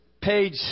page